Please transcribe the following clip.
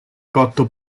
cotto